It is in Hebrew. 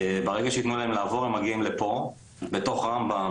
ברגע שיתנו להם לעבור הם מגיעים לפה בתוך רמב"ם